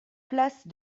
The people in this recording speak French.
place